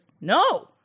no